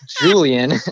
Julian